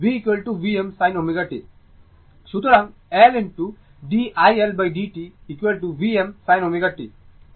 সুতরাং L d iLdt Vm sin ω t